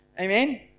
Amen